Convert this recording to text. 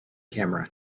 camera